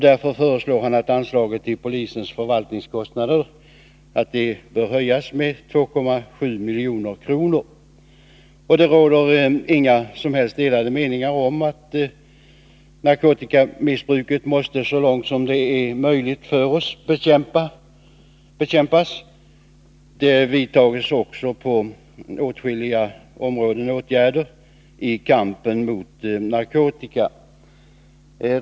Därför föreslår han att anslaget till polisens förvaltningskostnader höjs med 2,7 milj.kr. Det råder inga som helst delade meningar om att narkotikamissbruket måste bekämpas så mycket som möjligt. På åtskilliga områden vidtas det åtgärder i kampen mot narkotikan.